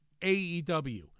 AEW